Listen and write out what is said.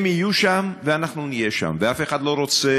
הם יהיו שם ואנחנו נהיה שם, ואף אחד לא רוצה